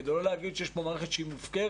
וכדי לא להגיד שיש פה מערכת שהיא מופקרת,